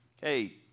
hey